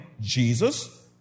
Jesus